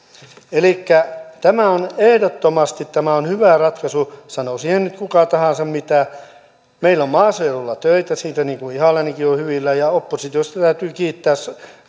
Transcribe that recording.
elikkä tämä on ehdottomasti hyvä ratkaisu sanoi siihen nyt kuka tahansa mitä meillä on maaseudulla töitä siitä ihalainenkin on hyvillään ja oppositiosta täytyy kiittää